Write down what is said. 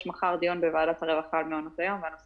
מחר יש דיון בוועדת הרווחה על הנושא.